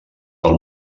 del